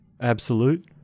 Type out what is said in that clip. absolute